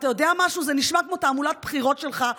ואתה יודע משהו, זה נשמע כמו תעמולת בחירות שלך.